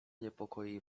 niepokoi